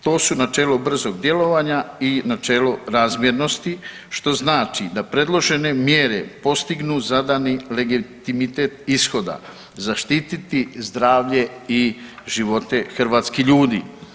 To su načelo brzog djelovanja i načelo razmjernosti što znači da predložene mjere postignu zadani legitimitet ishoda, zaštiti zdravlje i živote hrvatskih ljudi.